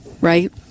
right